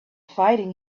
fighting